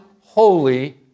holy